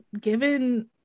given